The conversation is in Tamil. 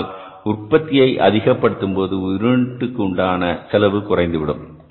ஆனால் நமது உற்பத்தியை அதிகப்படுத்தும் போது ஒரு யூனிட்டுக்கு உண்டான செலவு குறைந்துவிடும்